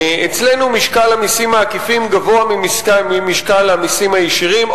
אצלנו משקל המסים העקיפים גבוה ממשקל המסים הישירים,